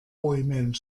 moviment